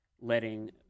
letting